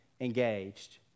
engaged